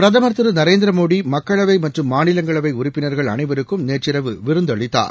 பிரதமர் திரு நரேந்திர மோடி மக்களவை மற்றும் மாநிலங்களவை உறுப்பினர்கள் அனைவருக்கும் நேற்றிரவு விருந்தளித்தார்